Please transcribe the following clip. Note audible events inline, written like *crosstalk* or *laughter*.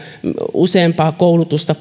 useampaa koulutusta *unintelligible*